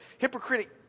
hypocritic